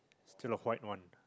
still the white one